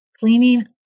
Cleaning